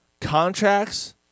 Contracts